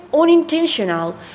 unintentional